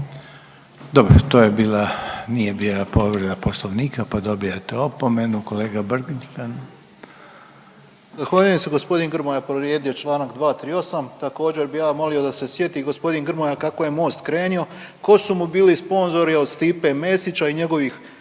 Dobro to je bila nije bila povreda poslovnika pa dobijate opomenu. Kolega Brkan. **Brkan, Jure (HDZ)** Zahvaljujem se. Gospodin Grmoja je povrijedio čl. 238., također bi ja molio da se sjeti g. Grmoja kako je Most krenio, ko su mu bili sponzori od Stipe Mesića i njegovih